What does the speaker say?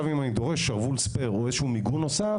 אם אני דורש עוד איזה שהוא שרוול ספייר או מיגון נוסף,